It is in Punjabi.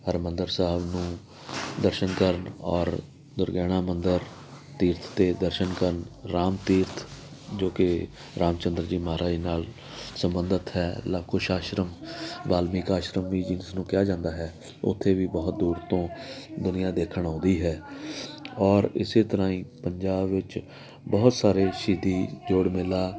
ਹਰਿਮੰਦਰ ਸਾਹਿਬ ਨੂੰ ਦਰਸ਼ਨ ਕਰਨ ਔਰ ਦੁਰਗਿਆਣਾ ਮੰਦਿਰ ਤੀਰਥ 'ਤੇ ਦਰਸ਼ਨ ਕਰਨ ਰਾਮ ਤੀਰਥ ਜੋ ਕਿ ਰਾਮ ਚੰਦਰ ਜੀ ਮਹਾਰਾਜ ਨਾਲ ਸੰਬੰਧਿਤ ਹੈ ਲਵ ਕੁਸ਼ ਆਸ਼ਰਮ ਵਾਲਮੀਕ ਆਸ਼ਰਮ ਵੀ ਜਿਸ ਨੂੰ ਕਿਹਾ ਜਾਂਦਾ ਹੈ ਉੱਥੇ ਵੀ ਬਹੁਤ ਦੂਰ ਤੋਂ ਦੁਨੀਆਂ ਦੇਖਣ ਆਉਂਦੀ ਹੈ ਔਰ ਇਸ ਤਰ੍ਹਾਂ ਹੀ ਪੰਜਾਬ ਵਿੱਚ ਬਹੁਤ ਸਾਰੇ ਸ਼ਹੀਦੀ ਜੋੜ ਮੇਲਾ